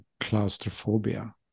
claustrophobia